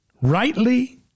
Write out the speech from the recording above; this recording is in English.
rightly